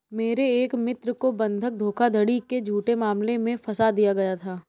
मेरे एक मित्र को बंधक धोखाधड़ी के झूठे मामले में फसा दिया गया था